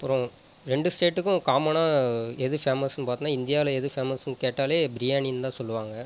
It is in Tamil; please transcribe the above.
அப்புறம் ரெண்டு ஸ்டேட்டுக்கும் காமனாக எது ஃபேமஸ்னு பார்த்தோம்னா இந்தியாவில் எது ஃபேமஸுன் கேட்டாலே பிரியாணின் தான் சொல்லுவாங்க